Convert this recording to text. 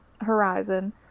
horizon